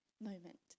moment